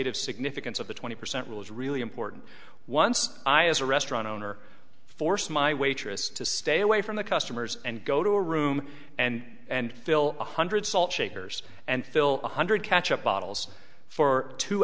e significance of the twenty percent rule is really important once i as a restaurant owner force my waitress to stay away from the customers and go to a room and and fill one hundred salt shakers and fill one hundred catch up bottles for two